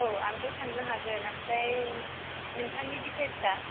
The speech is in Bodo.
औ आंथ' थांनो हागोन ओमफ्राय नोंथांनि डिटेल्सआ